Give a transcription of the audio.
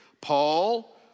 Paul